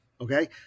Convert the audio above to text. okay